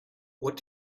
what